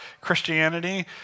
Christianity